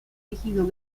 tejido